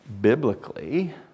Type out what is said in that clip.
biblically